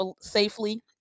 safely